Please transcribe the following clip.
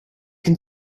can